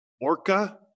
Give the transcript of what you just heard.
Orca